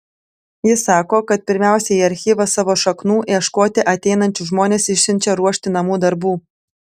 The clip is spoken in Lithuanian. ji sako kad pirmiausia į archyvą savo šaknų ieškoti ateinančius žmones išsiunčia ruošti namų darbų